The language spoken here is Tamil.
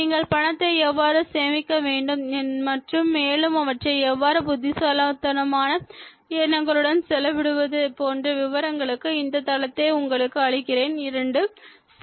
நீங்கள் பணத்தை எவ்வாறு சேமிக்க வேண்டும் மற்றும் மேலும் அவற்றை எவ்வாறு புத்திசாலித்தனமான எண்ணங்களுடன் செலவிடுவது போன்ற விபரங்களுக்கு இந்த தளத்தை உங்களுக்கு அளிக்கிறேன் 2